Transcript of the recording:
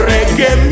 Reggae